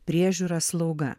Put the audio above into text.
priežiūra slauga